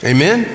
Amen